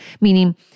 meaning